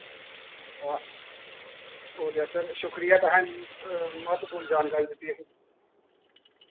हां ओह् ते ऐ सर शुक्रिया तुसें मिगी म्हत्तवपूर्ण जानकारी दित्ती जेह्ड़ी